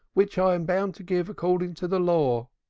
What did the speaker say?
which i am bound to give according to the law.